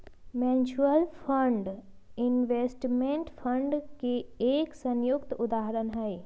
mutual fund investment fund के एक उपयुक्त उदाहरण हई